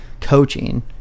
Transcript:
coaching